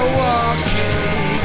walking